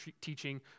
teaching